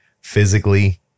physically